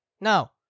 Now